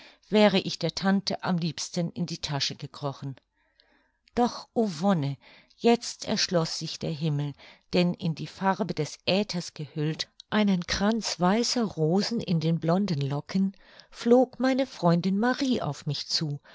wäre ich der tante am liebsten in die tasche gekrochen doch o wonne jetzt erschloß sich der himmel denn in die farbe des aethers gehüllt einen kranz weißer rosen in den blonden locken flog meine freundin marie auf mich zu